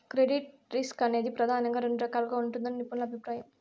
credit risk అనేది ప్రెదానంగా రెండు రకాలుగా ఉంటదని నిపుణుల అభిప్రాయం